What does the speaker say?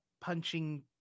punching